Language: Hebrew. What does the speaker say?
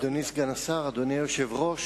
אדוני סגן השר, אדוני היושב-ראש,